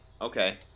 Okay